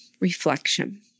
reflection